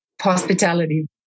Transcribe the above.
hospitality